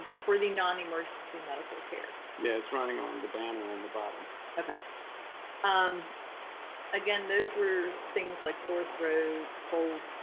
for the non-emergency medical care yeah it's running on the banner on the bottom okay um again those were things like sore throat cold